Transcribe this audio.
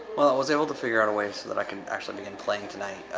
well i was able to figure out a way so that i can actually begin playing tonight.